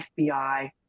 FBI